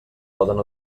poden